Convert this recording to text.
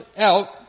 out